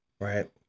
Right